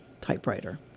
typewriter